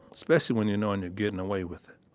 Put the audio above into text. especially when you're knowin' you're gettin' away with it.